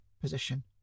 position